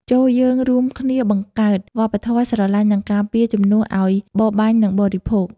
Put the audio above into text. ចូរយើងរួមគ្នាបង្កើតវប្បធម៌ "ស្រឡាញ់ និងការពារ" ជំនួសឱ្យ "បរបាញ់ និងបរិភោគ"។